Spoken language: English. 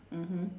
mmhmm